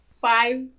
five